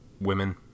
women